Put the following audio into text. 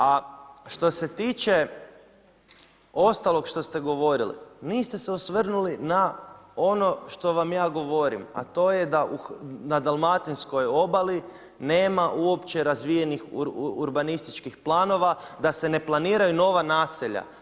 A što se tiče ostalog što ste govorili, niste se osvrnuli na ono što vam ja govorim, a to je da na dalmatinskoj obali nema u opće razvijenih urbanističkih planova, da se ne planiraju nova naselja.